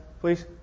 please